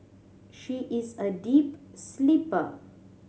she is a deep sleeper